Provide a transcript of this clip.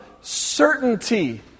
certainty